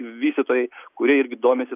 vystytojai kurie irgi domisi